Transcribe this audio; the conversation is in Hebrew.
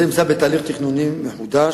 העובדים לא קיבלו משכורות זה עשרה חודשים,